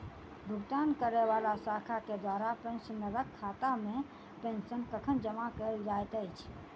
भुगतान करै वला शाखा केँ द्वारा पेंशनरक खातामे पेंशन कखन जमा कैल जाइत अछि